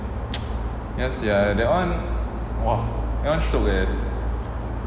ya sia that [one] !wah! that [one] shiok eh